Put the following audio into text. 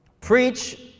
Preach